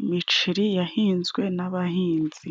Imiceri yahinzwe n'abahinzi.